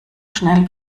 schnell